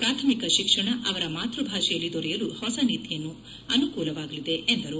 ಪ್ರಾಥಮಿಕ ಶಿಕ್ಷಣ ಅವರ ಮಾತ್ವಭಾಷೆಯಲ್ಲಿ ದೊರೆಯಲು ಹೊಸ ನೀತಿಯಿಂದ ಅನುಕೂಲವಾಗಲಿದೆ ಎಂದರು